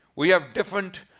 we have different